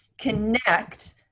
connect